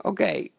Okay